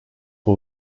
who